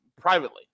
privately